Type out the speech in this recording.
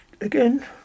again